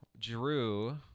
Drew